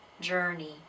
journey